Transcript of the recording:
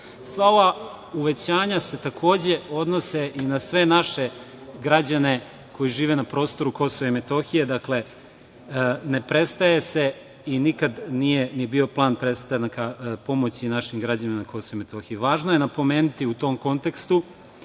Sva ova uvećanja se takođe odnose i na sve naše građane koji žive na prostoru KiM. Ne prestaje se i nikada nije ni bio plan prestanak pomoći našim građanima na KiM. Važno je napomenuti u tok kontekstu